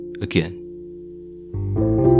again